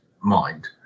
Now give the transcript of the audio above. mind